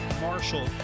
Marshall